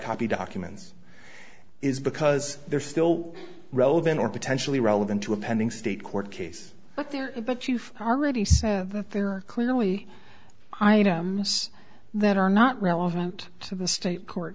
copy documents is because they're still relevant or potentially relevant to a pending state court case but there but you've already said that there are clearly i know that are not relevant to the state court